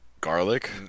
Garlic